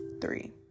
three